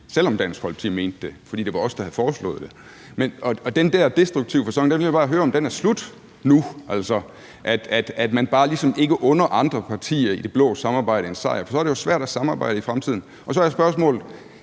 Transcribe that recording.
selv om Dansk Folkeparti mente det – fordi det var os, der havde foreslået det. Og jeg vil bare høre, om den der destruktive facon er slut nu, altså at man ligesom bare ikke under andre partier i det blå samarbejde en sejr, for så er det jo svært at samarbejde i fremtiden, og så er spørgsmålet: